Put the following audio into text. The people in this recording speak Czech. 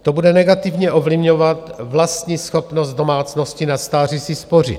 To bude negativně ovlivňovat vlastní schopnost domácností na stáří si spořit.